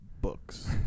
books